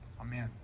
Amen